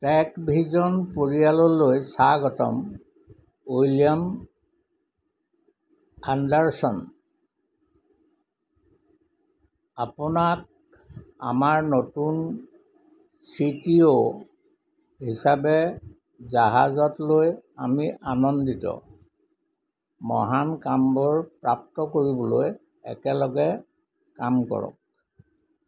tech Vision পৰিয়াললৈ স্বাগতম William Anderson আপোনাক আমাৰ নতুন চি টি অ' হিচাপে জাহাজত লৈ আমি আনন্দিত মহান কামবোৰ প্ৰাপ্ত কৰিবলৈ একেলগে কাম কৰক